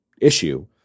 issue